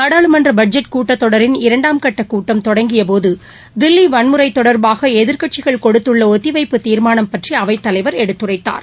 நாடாளுமன்ற பட்ஜெட் கூட்டத்தொடரின் இரண்டாம் கட்ட கூட்டம் தொடங்கிய போது தில்லி வன்முறை தொடா்பாக எதிா்கட்சிகள் கொடுத்துள்ள ஒத்தி வைப்பு தீா்மானம் பற்றி அவைத்தலைவர் எடுத்துரைத்தார்